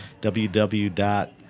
www